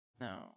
No